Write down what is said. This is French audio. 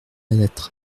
lettre